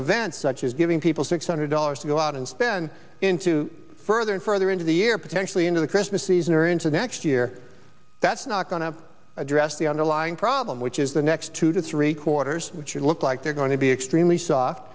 events such as giving people six hundred dollars to go out and spend into further and further into the year potentially into the christmas season or into next year that's not going to address the underlying problem which is the next two to three quarters should look like they're going to be extremely so